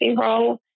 role